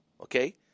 okay